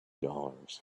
dollars